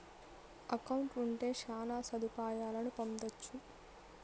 account ఉంటే శ్యాన సదుపాయాలను పొందొచ్చు